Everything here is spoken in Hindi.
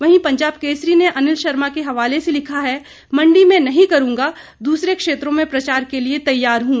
वहीं पंजाब केसरी ने अनिल शर्मा के हवाले से लिखा है मंडी में नहीं करूगा दसरे क्षेत्रों में प्रचार के लिए तैयार हूं